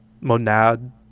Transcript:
Monad